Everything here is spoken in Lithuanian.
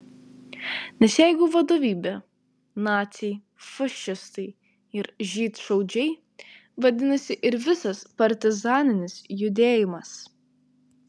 nes jeigu vadovybė naciai fašistai ir žydšaudžiai vadinasi ir visas partizaninis judėjimas